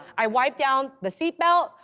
i wipe down the seatbelt.